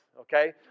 okay